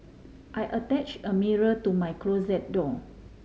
I attach a mirror to my closet door